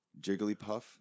jigglypuff